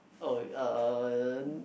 oh um